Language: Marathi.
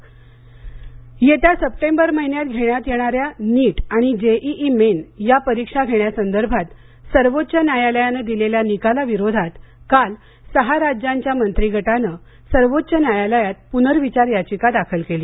नीट पुनर्विचार याचिका येत्या सप्टेंबर महिन्यात घेण्यात येणाऱ्या नीट आणि जे ई ई मेन या परीक्षा घेण्यासंदर्भात सर्वोच्च न्यायालयाने दिलेल्या निकालाविरोधात काल सहा राज्यांच्या मंत्रिगटाने सर्वोच्च न्यायालयात पुनर्विचार याचिका दाखल केली